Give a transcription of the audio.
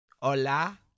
Hola